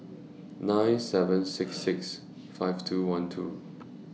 nine seven six six five two one two